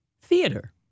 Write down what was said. Theater